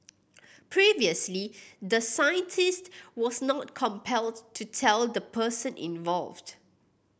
previously the scientist was not compelled to tell the person involved